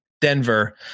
Denver